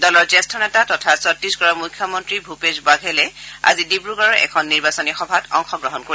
দলৰ জ্যেষ্ঠ নেতা তথা চট্টীশগড়ৰ মুখ্যমন্ত্ৰী ভূপেশ বাঘেলে আজি ডিব্ৰগড়ৰ এখন নিৰ্বাচনী সভাত অংশগ্ৰহণ কৰিব